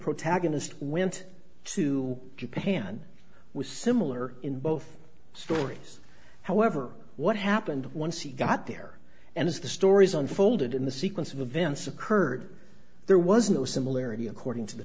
protagonist went to japan was similar in both stories however what happened once you got there and as the stories unfolded in the sequence of events occurred there was no similarity according to the